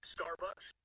Starbucks